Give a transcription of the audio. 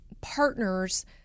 partners